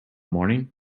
morning